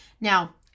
Now